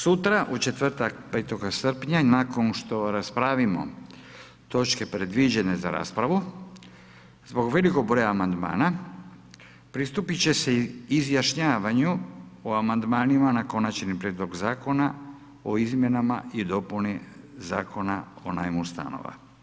Sutra u četvrtak 5. srpnja, nakon što raspravimo točke predviđene za raspravu, zbog velikog broja amandmana, pristupiti će se izjašnjavanju o amandmanima na konačni prijedlog zakona, o izmjenama i dopuni Zakona o najmu stanova.